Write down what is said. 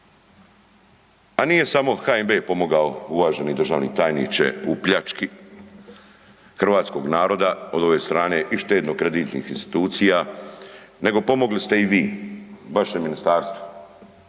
A nije samo HNB pomogao uvaženi državni tajniče u pljački hrvatskog naroda od ove strane i štedno kreditnih institucija nego pomogli ste i vi, vaše ministarstvo